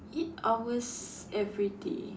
eight hours everyday